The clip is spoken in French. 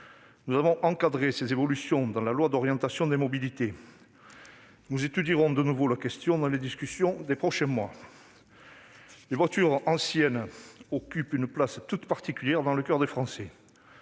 Nous avons encadré ces évolutions dans la loi d'orientation des mobilités et étudierons de nouveau la question dans les discussions qui auront lieu ces prochains mois. Les voitures anciennes occupent une place toute particulière dans le coeur des Français.